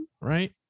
right